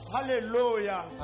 Hallelujah